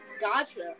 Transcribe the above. Gotcha